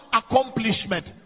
accomplishment